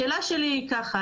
השאלה שלי היא כזאת,